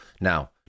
Now